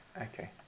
Okay